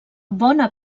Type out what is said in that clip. bona